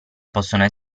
possono